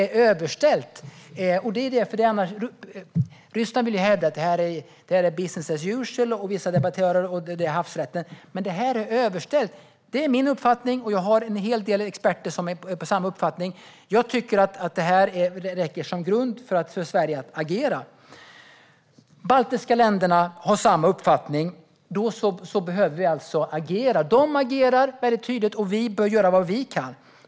Ryssland och vissa debattörer vill ju hävda att det här är business as usual. Det talas om havsrätten. Men det här är enligt min uppfattning överställt, och en hel del experter har samma uppfattning. Jag tycker att det här räcker som grund till att agera för Sverige. De baltiska länderna har samma uppfattning. Vi behöver alltså agera. De agerar väldigt tydligt, och vi bör göra vad vi kan.